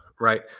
right